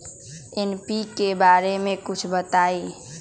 NPK बारे म कुछ बताई?